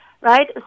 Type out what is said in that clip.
right